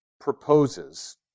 proposes